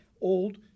old